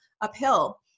uphill